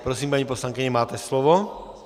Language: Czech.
Prosím, paní poslankyně, máte slovo.